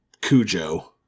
Cujo